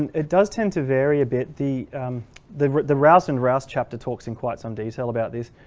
it does tend to vary a bit the the the rouse and rouse chapter talks in quite some detail about this.